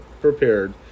prepared